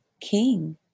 king